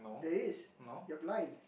there is they're blind